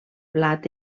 blat